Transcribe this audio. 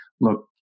look